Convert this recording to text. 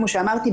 כמו שאמרתי,